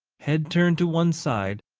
head turned to one side,